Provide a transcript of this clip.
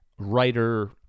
writer